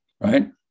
right